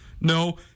No